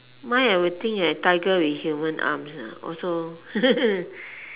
mine I will think uh tiger with human arms ah also